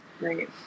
Right